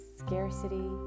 scarcity